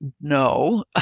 No